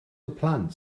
blant